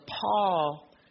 Paul